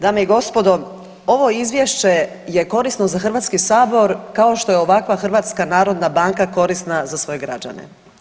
Dame i gospodo, ovo Izvješće je korisno za Hrvatski sabor kao što je ovakva Hrvatska narodna banka korisna za svoje građane.